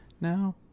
now